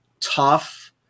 tough